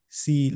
si